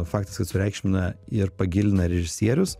faktas kad sureikšmina ir pagilina režisierius